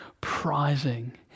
prizing